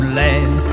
land